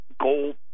gold